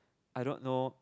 I don't know